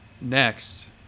Next